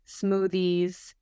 smoothies